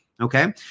Okay